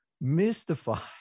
mystified